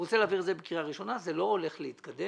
הוא רוצה להעביר את זה בקריאה ראשונה וזה לא הולך להתקדם.